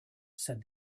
said